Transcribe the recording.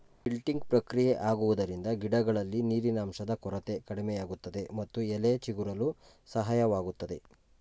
wilting ಪ್ರಕ್ರಿಯೆ ಆಗುವುದರಿಂದ ಗಿಡಗಳಲ್ಲಿ ನೀರಿನಂಶದ ಕೊರತೆ ಕಡಿಮೆಯಾಗುತ್ತದೆ ಮತ್ತು ಎಲೆ ಚಿಗುರಲು ಸಹಾಯವಾಗುತ್ತದೆ